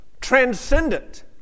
transcendent